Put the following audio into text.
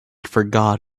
forgot